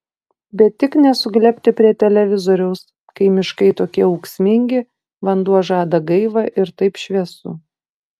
bet tik ne suglebti prie televizoriaus kai miškai tokie ūksmingi vanduo žada gaivą ir taip šviesu